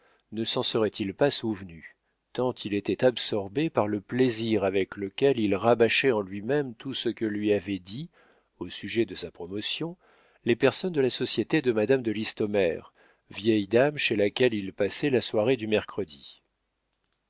ne s'en serait-il pas souvenu tant il était absorbé par le plaisir avec lequel il rabâchait en lui-même tout ce que lui avaient dit au sujet de sa promotion les personnes de la société de madame de listomère vieille dame chez laquelle il passait la soirée du mercredi